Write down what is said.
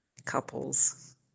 couples